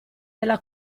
della